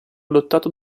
adottato